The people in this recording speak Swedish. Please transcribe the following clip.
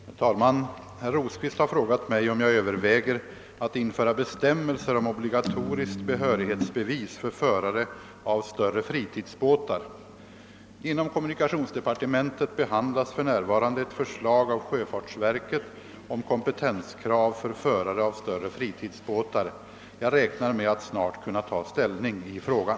Herr talman! Herr Rosqvist har frågat mig om jag överväger att införa bestämmelser om obligatoriskt behörighetsbevis för förare av större fritidsbåtar. Inom kommunikationsdepartementet behandlas för närvarande ett förslag av sjöfartsverket om kompetenskrav för förare av större fritidsbåtar. Jag räknar med att snart kunna ta ställning i frågan.